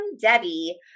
Debbie